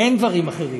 אין דברים אחרים.